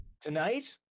Tonight